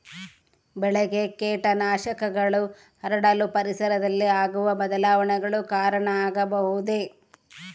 ಬೆಳೆಗೆ ಕೇಟನಾಶಕಗಳು ಹರಡಲು ಪರಿಸರದಲ್ಲಿ ಆಗುವ ಬದಲಾವಣೆಗಳು ಕಾರಣ ಆಗಬಹುದೇ?